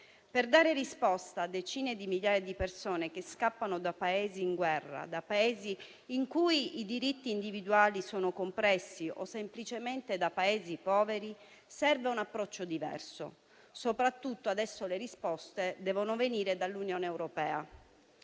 Per dare risposta a decine di migliaia di persone che scappano da Paesi in guerra, in cui i diritti individuali sono compressi, o semplicemente da Paesi poveri serve un approccio diverso: adesso le risposte devono venire soprattutto dall'Unione europea.